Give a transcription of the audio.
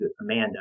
Amanda